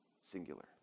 singular